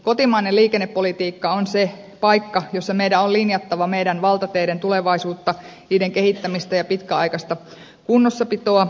kotimainen liikennepolitiikka on se paikka jossa meidän on linjattava meidän valtateidemme tulevaisuutta niiden kehittämistä ja pitkäaikaista kunnossapitoa